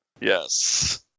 Yes